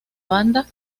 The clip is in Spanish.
banda